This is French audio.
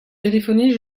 téléphoner